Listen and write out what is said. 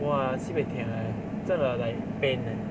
!wah! sibeh tia eh 真的 like pain eh